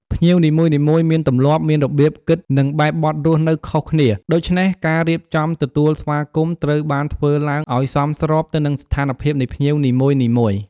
ភ្ញៀវនីមួយៗមានទម្លាប់ មានរបៀបគិត និងបែបបទរស់នៅខុសគ្នា ដូច្នេះការរៀបចំទទួលស្វាគមន៍ត្រូវបានធ្វើឡើងឱ្យសមស្របទៅនឹងស្ថានភាពនៃភ្ញៀវនីមួយៗ។